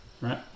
Right